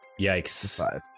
Yikes